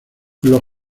los